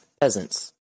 peasants